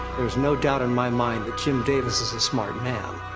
there's no doubt in my mind that jim davis is a smart man.